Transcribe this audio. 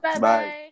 Bye